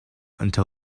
until